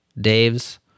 Dave's